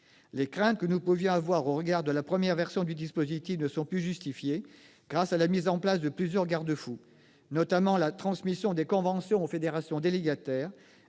Les craintes que nous pouvions avoir au regard de la première version du dispositif ne sont plus justifiées grâce à la mise en place de plusieurs garde-fous : la transmission des conventions aux fédérations délégataires,